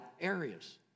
areas